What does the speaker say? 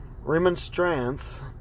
remonstrance